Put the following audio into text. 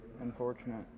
unfortunate